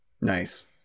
nice